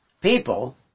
people